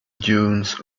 dunes